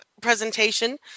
presentation